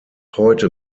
heute